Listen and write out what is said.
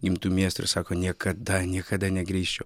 gimto miesto ir sako niekada niekada negrįšiu